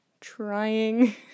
trying